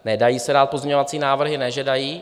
Nedají se dát pozměňovací návrhy, ne že dají.